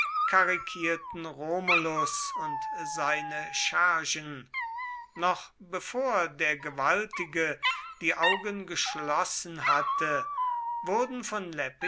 karikierten romulus und seine schergen noch bevor der gewaltige die augen geschlossen hatte wurden von